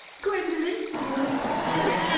gwendolen, you will accompany me.